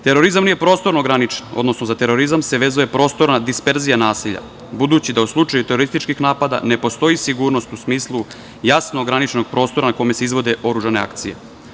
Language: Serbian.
Terorizam nije prostorno ograničen, odnosno za terorizam se vezuje prostorna disperzija nasilja, budući da u slučaju terorističkih napada ne postoji sigurnost u smislu jasnog graničnog prostora na kome se izvode oružane akcije.